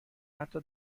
حتا